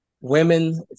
women